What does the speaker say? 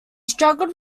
struggled